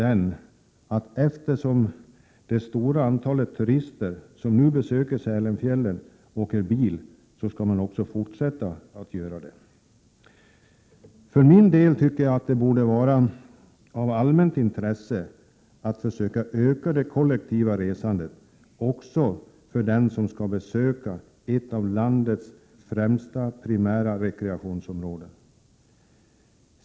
Eftersom det stora antal turister som nu besöker Sälenfjällen mest åker bil tycks inställningen vara att de också skall fortsätta att göra det. Jag tycker att det borde vara av allmänt intresse att försöka öka det kollektiva resandet också för den som skall besöka ett av landets främsta rekreationsområden.